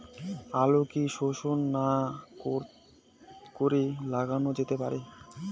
আলু কি শোধন না করে লাগানো যেতে পারে?